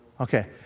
Okay